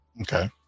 Okay